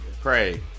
pray